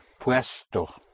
puesto